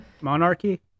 Monarchy